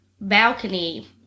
balcony